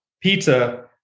pizza